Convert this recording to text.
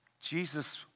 Jesus